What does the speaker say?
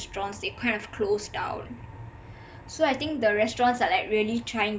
they kinda closed down so I think the restaurants are like really trying